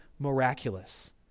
miraculous